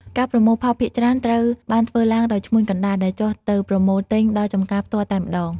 ការប្រមូលផលភាគច្រើនត្រូវបានធ្វើឡើងដោយឈ្មួញកណ្តាលដែលចុះទៅប្រមូលទិញដល់ចម្ការផ្ទាល់តែម្តង។